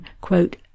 quote